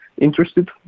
interested